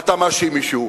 אתה מאשים מישהו.